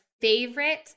favorite